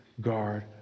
guard